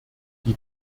die